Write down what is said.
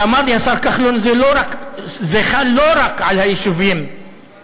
ואמר לי השר כחלון שזה חל לא רק על היישובים הדרוזיים,